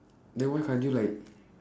then why can't you like